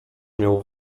miał